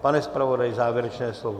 Pane zpravodaji, závěrečné slovo?